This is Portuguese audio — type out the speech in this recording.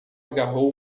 agarrou